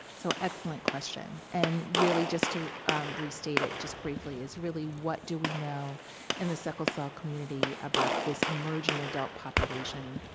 so, excellent question. and, really, just to restate it, just briefly, is really what do we know in the sickle cell community about this emerging adult population,